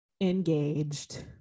engaged